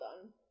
done